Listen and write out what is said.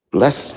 Bless